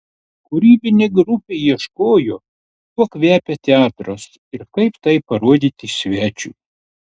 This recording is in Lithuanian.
kūrybinė grupė ieškojo kuo kvepia teatras ir kaip tai parodyti svečiui